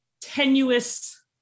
tenuous